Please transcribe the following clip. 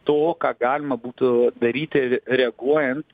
to ką galima būtų daryti reaguojant